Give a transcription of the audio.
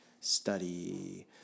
study